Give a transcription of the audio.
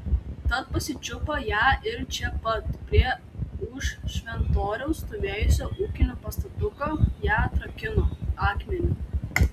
tad pasičiupo ją ir čia pat prie už šventoriaus stovėjusio ūkinio pastatuko ją atrakino akmeniu